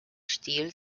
stil